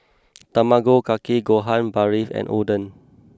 Tamago Kake Gohan Barfi and Oden